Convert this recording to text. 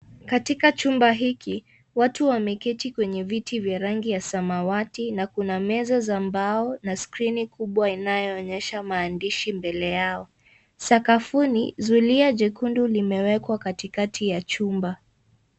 Katika chumba hiki watu wameketi kwenye viti vya rangi ya samawati na kuna meza za mbao na skirini kubwa inayoonyesha maandishi mbele yao. Sakafuni zulia jekundu limewekwa katikati ya chumba.